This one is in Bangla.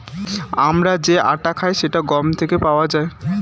আমরা যে আটা খাই সেটা গম থেকে পাওয়া যায়